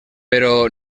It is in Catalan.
però